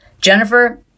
Jennifer